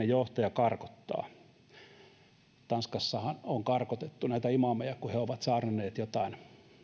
johtaja karkottaa tanskassahan on karkotettu näitä imaameja kun he ovat saarnanneet jotain